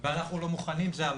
ואנחנו לא מוכנים, זה אמרנו.